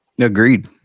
Agreed